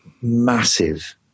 massive